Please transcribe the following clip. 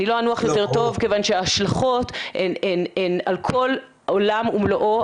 אני לא אנוח יותר טוב כיוון שההשלכות הן על כל עולם ומלואו,